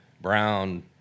brown